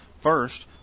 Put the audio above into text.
First